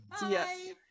Bye